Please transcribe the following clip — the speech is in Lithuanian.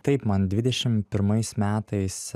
taip man dvidešimt pirmais metais